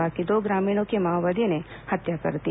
बाकी दो ग्रामीणों की माओवादियों ने हत्या कर दी